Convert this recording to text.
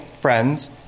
friends